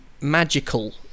magical